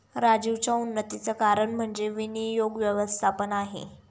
राजीवच्या उन्नतीचं कारण म्हणजे विनियोग व्यवस्थापन आहे